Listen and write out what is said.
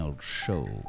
Show